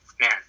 man